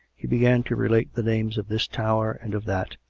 he began to relate the names of this tower and of that,